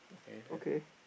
okay